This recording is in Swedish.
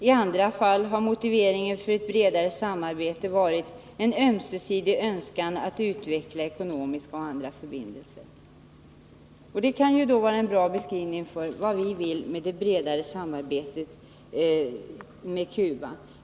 I andra fall har motiveringen för ett bredare samarbete varit en ömsesidig önskan att utveckla ekonomiska och andra förbindelser ——-—-."” Det kan vara en bra beskrivning av vad vi vill med det bredare samarbetet med Cuba.